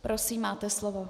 Prosím, máte slovo.